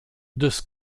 des